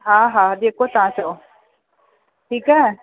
हा हा जेको तव्हां चयो ठीकु आहे